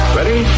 Ready